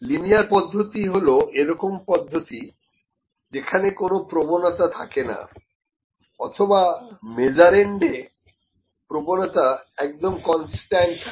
linear পদ্ধতি হলো এরকম পদ্ধতি যেখানে কোন প্রবণতা থাকে না অথবা মেজারেন্ডেপ্রবণতা একদম কনস্ট্যান্ট থাকে